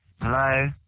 Hello